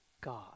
God